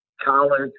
college